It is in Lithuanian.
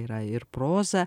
yra ir proza